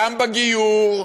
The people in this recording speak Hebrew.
גם בגיור,